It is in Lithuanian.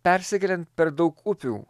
persikeliant per daug upių